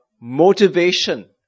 motivation